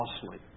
costly